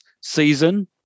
season